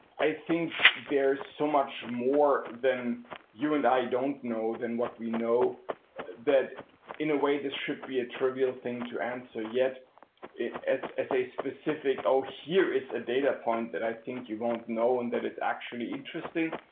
i think there's so much more than you and i don't know than what we know that in a way this should be a trivial thing to answer, yet as as a specific, oh, here is a data point that i think you won't know and that is actually interesting.